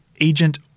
Agent